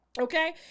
Okay